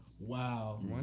Wow